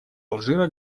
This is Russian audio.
алжира